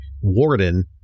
warden